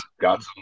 got